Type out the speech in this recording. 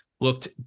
Looked